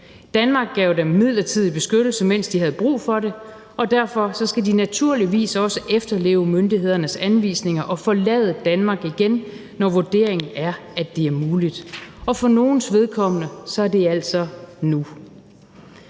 Danmark gav dem midlertidig beskyttelse, mens de havde brug for det, og derfor skal de naturligvis også efterleve myndighedernes anvisninger og forlade Danmark igen, når vurderingen er, at det er muligt, og for nogles vedkommende er det altså nu.